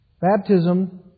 Baptism